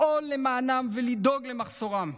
לפעול למענם ולדאוג למחסורם.